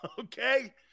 Okay